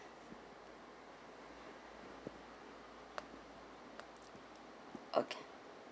okay